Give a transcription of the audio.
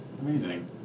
amazing